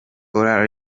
ora